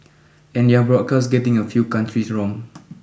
and their broadcast getting a few countries wrong